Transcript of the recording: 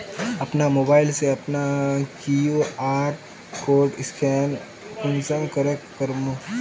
अपना मोबाईल से अपना कियु.आर कोड स्कैन कुंसम करे करूम?